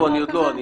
עוד לא.